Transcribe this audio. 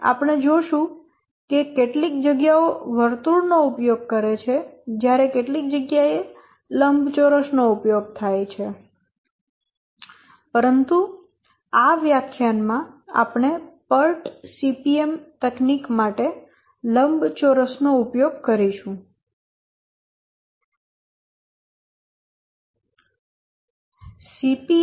અને આપણે જોશું કે કેટલીક જગ્યાઓ વર્તુળનો ઉપયોગ કરે છે કેટલીક જગ્યાઓ લંબચોરસ નો ઉપયોગ કરે છે પરંતુ આ વ્યાખ્યાનમાં આપણે PERT CPM તકનીક માટે લંબચોરસ નો ઉપયોગ કરીશું